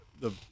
the-